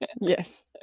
Yes